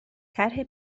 طرح